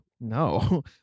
no